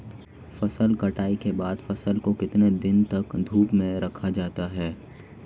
फसल कटाई के बाद फ़सल को कितने दिन तक धूप में रखा जाता है?